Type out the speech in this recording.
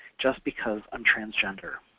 just because i'm transgender.